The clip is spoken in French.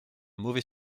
mauvais